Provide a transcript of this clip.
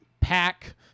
pack